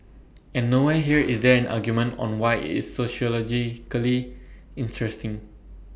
and nowhere here is there an argument on why it's sociologically interesting